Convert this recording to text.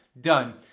done